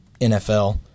NFL